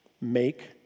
make